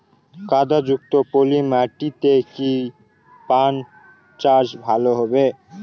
কাদা যুক্ত পলি মাটিতে কি পান চাষ ভালো হবে?